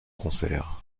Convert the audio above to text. concerts